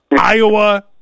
Iowa